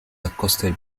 accosted